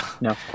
No